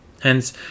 Hence